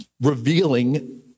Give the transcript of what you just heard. revealing